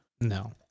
No